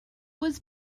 was